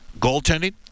goaltending